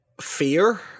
fear